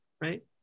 right